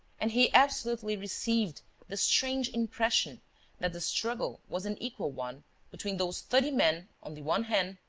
and he absolutely received the strange impression that the struggle was an equal one between those thirty men on the one hand,